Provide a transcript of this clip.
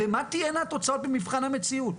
ומה תהיינה התוצאות במבחן המציאות.